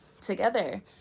together